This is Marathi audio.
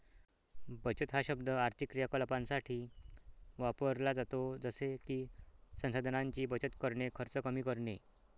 बचत हा शब्द आर्थिक क्रियाकलापांसाठी वापरला जातो जसे की संसाधनांची बचत करणे, खर्च कमी करणे